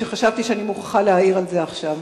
שחשבתי שאני מוכרחה להעיר על זה עכשיו.